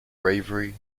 bravery